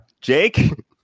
Jake